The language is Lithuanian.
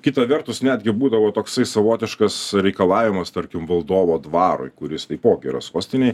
kita vertus netgi būdavo toksai savotiškas reikalavimas tarkim valdovo dvarui kuris taipogi yra sostinėj